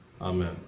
Amen